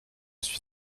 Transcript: suis